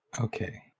okay